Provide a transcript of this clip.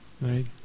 Right